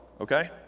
Okay